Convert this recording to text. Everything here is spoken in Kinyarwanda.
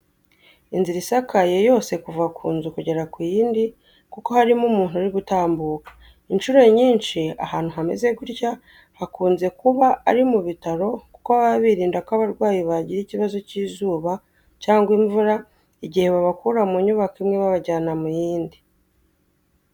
Inzira isakaye yose kuva ku nzu kugera ku yindi kuko harimo umuntu uri gutambuka. Inshuro nyinshi abantu hameze gutya hakunze ari mubitaro kuko baba birinda ko abarwayi bagira ikibazo k'izuba cyangwa imvura igihe babakura mu nyubako imwe babajyana mu yindi.